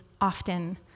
often